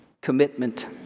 commitment